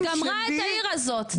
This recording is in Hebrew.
המדינה גמרה את העיר הזאת.